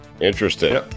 Interesting